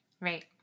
Right